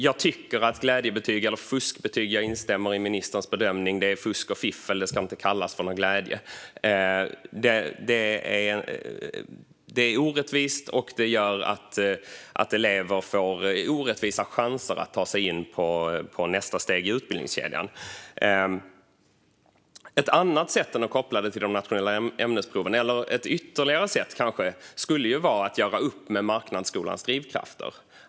Jag tycker att glädjebetyg eller fuskbetyg - jag instämmer i ministerns bedömning - är fusk och fiffel. Det ska inte kallas för glädje. Det är orättvist, och det gör att elever får orättvisa chanser att ta sig till nästa steg i utbildningskedjan. Ett annat sätt, eller kanske ytterligare ett sätt, än att koppla detta till de nationella ämnesproven kan vara att göra upp med marknadsskolans drivkrafter.